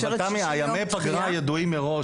אבל ימי הפגרה ידועים מראש.